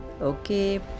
Okay